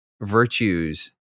virtues